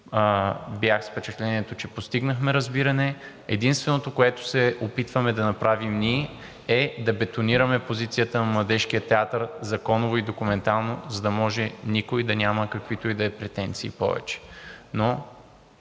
Бях с впечатлението, че постигнахме разбиране. Единственото, което се опитваме да направим ние, е да бетонираме позицията на Младежкия театър законово и документално, за да може никой да няма каквито и да е претенции повече,